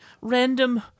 random